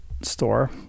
store